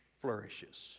flourishes